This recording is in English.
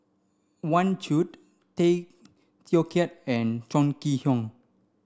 Wang Chunde Tay Teow Kiat and Chong Kee Hiong